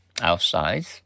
outside